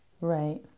right